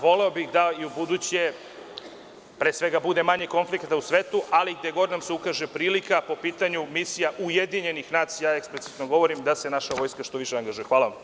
Voleo bih da i ubuduće, pre svega, bude manje konflikata u svetu, ali gde nam se ukaže prilika po pitanju Misija ujedinjenih nacija, eksplicitno govorim, da se naša vojska što više angažuje.